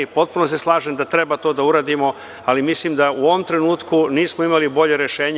Potpuno se slažem da treba to da uradimo, ali mislim da u ovom trenutku nismo imali bolje rešenje.